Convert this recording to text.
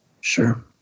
Sure